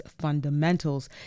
fundamentals